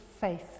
faith